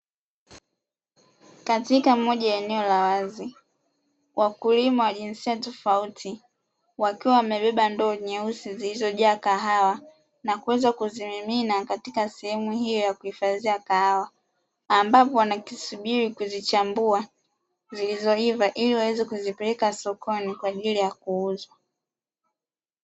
Katika moja ya eneo la wazi wakulima wa jinsia tofauti wakiwa wamebeba ndoo nyeusi zilizojaa kahawa na kuweza kuzimimina katika sehemu hiyo ya kuhifadhia kahawa, ambapo wanakisubiri kuzichambua zilizoiva ili waweze kuzipeleka sokoni kwa ajili ya kuuzwa.